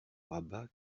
rabat